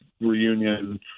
reunion